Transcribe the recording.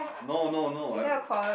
no no no I'm